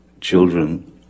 children